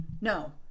No